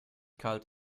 kalt